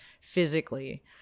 physically